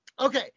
Okay